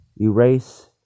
erase